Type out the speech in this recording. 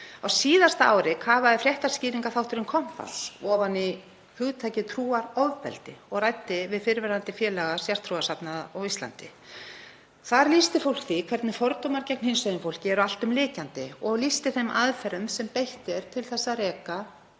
Á síðasta ári kafaði fréttaskýringaþátturinn Kompás ofan í hugtakið trúarofbeldi og ræddi við fyrrverandi félaga sértrúarsafnaða á Íslandi. Þar lýsti fólk því hvernig fordómar gegn hinsegin fólki eru alltumlykjandi og lýsti þeim aðferðum sem beitt er til að reka